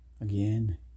again